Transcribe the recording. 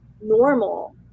normal